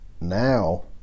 now